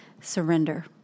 surrender